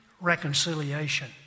reconciliation